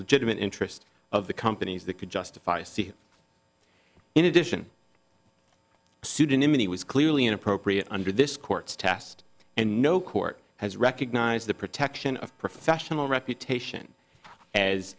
legitimate interest of the companies that could justify c in addition pseudonymity was clearly inappropriate under this court's test and no court has recognized the protection of professional reputation as